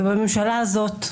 ובממשלה הזאת,